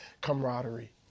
camaraderie